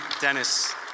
Dennis